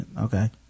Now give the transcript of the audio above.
okay